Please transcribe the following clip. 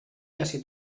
casi